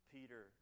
Peter